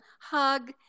hug